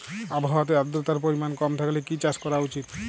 আবহাওয়াতে আদ্রতার পরিমাণ কম থাকলে কি চাষ করা উচিৎ?